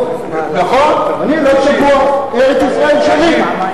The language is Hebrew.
נכון, אני לא צבוע, כי ארץ-ישראל שלי.